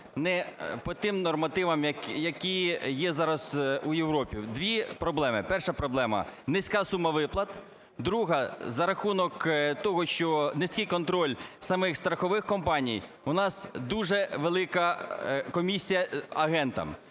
не по тим нормативам, які є зараз у Європі. Дві проблеми. Перша проблема – низька сума виплат. Друга – за рахунок того, що низький контроль самих страхових компаній, у нас дуже велика комісія агентам.